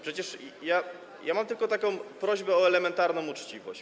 Przecież... ja mam tylko taką prośbę o elementarną uczciwość.